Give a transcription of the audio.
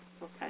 Okay